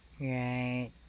Right